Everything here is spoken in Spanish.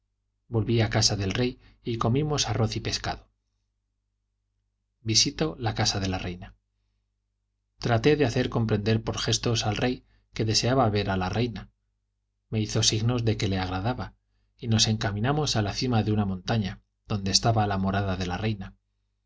volví a casa del rey y comimos arroz y pescado visito la casa de la reina traté de hacer comprender por gestos al rey que deseaba ver a la reina me hizo signos de que le agradaba y nos encaminaííi primer viaje en torno del globo líl mos a la cima de una montaña donde estaba la morada de la reina